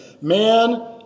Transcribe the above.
man